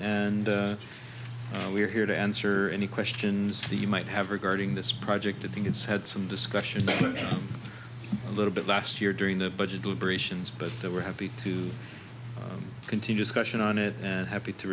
and we are here to answer any questions that you might have regarding this project i think it's had some discussion a little bit last year during the budget deliberations but they were happy to continue discussions on it and happy to